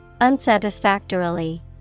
Unsatisfactorily